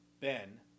Ben